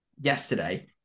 yesterday